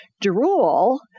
drool